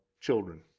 children